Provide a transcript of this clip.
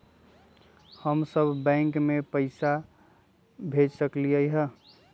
हम सब बैंक में पैसा भेज सकली ह?